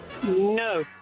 No